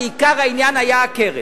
ועיקר העניין היה הקרן.